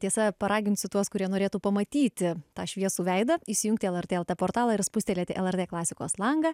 tiesa paraginsiu tuos kurie norėtų pamatyti tą šviesų veidą įsijungti lrt lt portalą ir spustelėti lrt klasikos langą